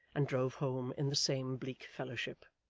and drove home in the same bleak fellowship.